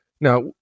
Now